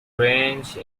range